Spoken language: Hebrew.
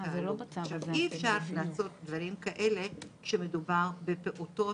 אי אפשר לעשות דברים כאלה כשמדובר בפעוטות,